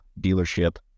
dealership